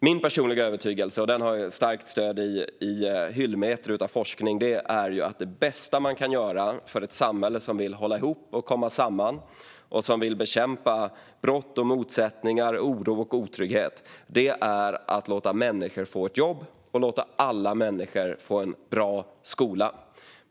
Min personliga övertygelse, och den har starkt stöd i hyllmeter av forskning, är att det bästa man kan göra för ett samhälle som vill hålla ihop och komma samman, som vill bekämpa brott, motsättningar, oro och otrygghet, är att låta alla människor få ett jobb och att låta alla människor få en bra skola.